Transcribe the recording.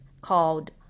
called